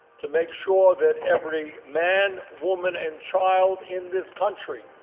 to make sure that every man, woman, and child in this country,